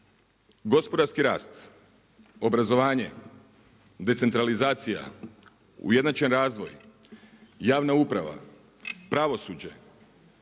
gospodarski rast, obrazovanje, decentralizacija, ujednačen razvoj, javna uprava, pravosuđe,